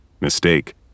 Mistake